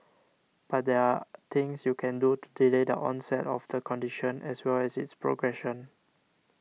but there are things you can do to delay the onset of the condition as well as its progression